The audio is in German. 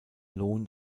lohn